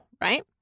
right